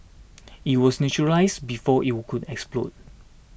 it was neutralised before it would could explode